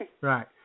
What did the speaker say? right